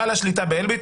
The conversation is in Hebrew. בעל השליטה באלביט,